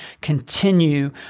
continue